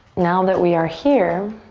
now that we are here,